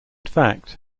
fact